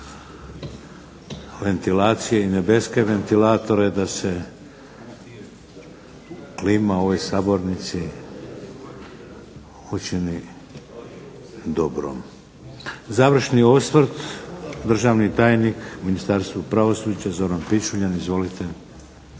ventilacije i nebeske ventilatore da se klima u ovoj sabornici učini dobrom. Završni osvrt. Državni tajnik u Ministarstvu pravosuđa Zoran PIčuljan. Izvolite.